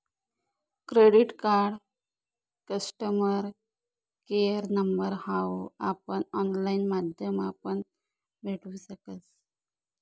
credit card customer care number हाऊ आपण online माध्यमापण भेटू शकस